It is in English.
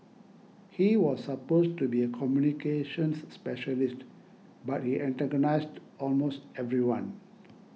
he was supposed to be a communications specialist but he antagonised almost everyone